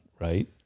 right